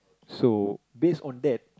so based on that